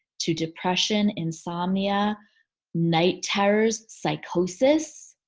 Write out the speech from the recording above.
to depression, insomnia night terrors, psychosis,